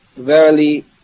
Verily